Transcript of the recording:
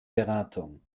beratung